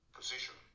position